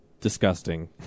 disgusting